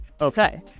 okay